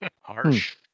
Harsh